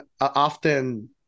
often